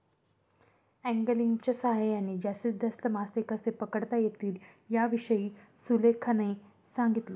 अँगलिंगच्या सहाय्याने जास्तीत जास्त मासे कसे पकडता येतील याविषयी सुलेखाने सांगितले